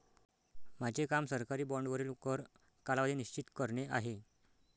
माझे काम सरकारी बाँडवरील कर कालावधी निश्चित करणे आहे